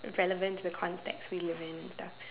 relevant in the context we live in the